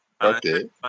Okay